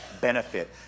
benefit